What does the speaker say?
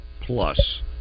Plus